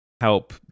help